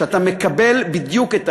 שאתה מקבל בדיוק את ההפך,